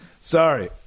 Sorry